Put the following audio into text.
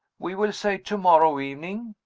we will say to-morrow evening,